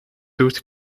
doet